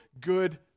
good